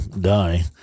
die